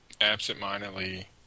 absentmindedly